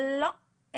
לא.